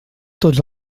tots